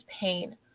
pain